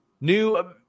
new